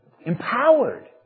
Empowered